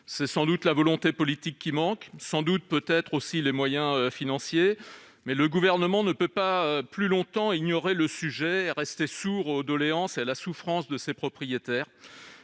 C'est sans doute la volonté politique qui manque, sans doute aussi peut-être les moyens financiers ... Le Gouvernement ne peut ignorer plus longtemps le sujet et rester sourd aux doléances et à la souffrance de ces propriétaires.